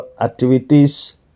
activities